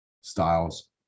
styles